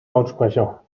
lautsprecher